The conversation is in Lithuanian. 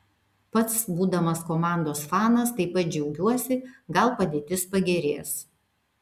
pats būdamas komandos fanas taip pat džiaugiuosi gal padėtis pagerės